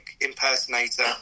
impersonator